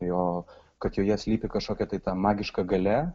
jo kad joje slypi kažkokia tai ta magiška galia